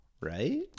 right